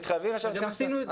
גם עשינו את זה.